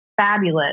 fabulous